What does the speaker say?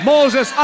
Moses